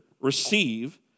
receive